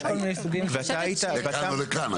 יש כל מיני סוגים --- לכאן או לכאן,